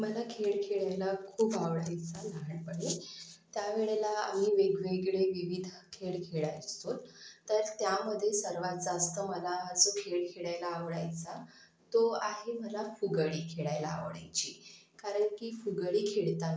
मला खेळ खेळायला खूप आवडायचा लहानपणी त्यावेळेला आम्ही वेगवेगळे विविध खेळ खेळायचो तर त्यामध्ये सर्वात जास्त मला जो खेळ खेळायला आवडायचा तो आहे मला फुगडी खेळायला आवडायची कारण की फुगडी खेळतांना